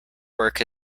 work